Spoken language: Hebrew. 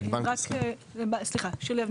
בנק ישראל, בבקשה.